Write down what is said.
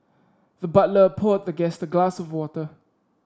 the butler poured the guest a glass of water